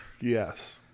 Yes